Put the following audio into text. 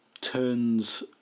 turns